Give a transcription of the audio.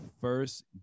first